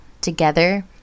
together